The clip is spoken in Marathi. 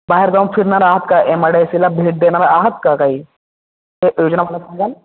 बाहेर जाऊन फिरणार आहात का एमा डे सीला भेट देणार आहात का काही ते योजना मला सांगाल